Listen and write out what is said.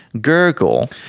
gurgle